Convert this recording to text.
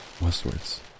Westwards